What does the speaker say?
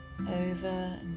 over